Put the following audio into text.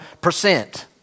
percent